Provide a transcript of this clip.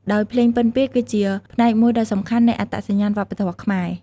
ដោយភ្លេងពិណពាទ្យគឺជាផ្នែកមួយដ៏សំខាន់នៃអត្តសញ្ញាណវប្បធម៌ខ្មែរ។